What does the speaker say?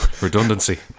redundancy